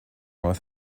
with